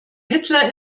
hitler